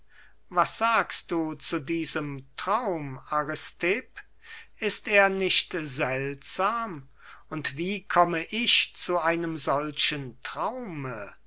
was sagst du zu diesem traum aristipp ist er nicht seltsam und wie komme ich zu einem solchen traume